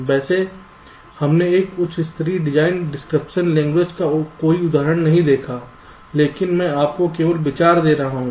वैसे हमने एक उच्च स्तरीय डिज़ाइन डिस्क्रिप्शन लैंग्वेज का कोई उदाहरण नहीं देखा है लेकिन मैं आपको केवल विचार दे रहा हूं